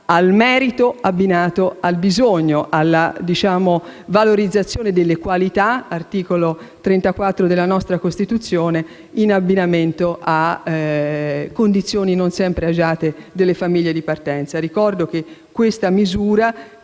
al merito abbinato al bisogno, cioè alla valorizzazione delle qualità (articolo 34 della nostra Costituzione) in abbinamento a condizioni non sempre agiate delle famiglie di partenza: ricordo che questa misura